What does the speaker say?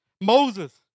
Moses